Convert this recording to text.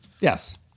yes